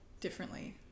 differently